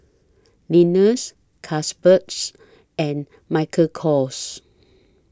Lenas Carlsbergs and Michael Kors